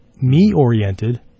me-oriented